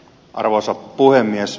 arvoisa puhemies